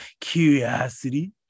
curiosity